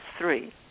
three